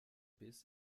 biss